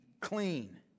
clean